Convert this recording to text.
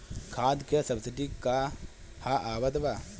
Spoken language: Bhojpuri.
खाद के सबसिडी क हा आवत बा?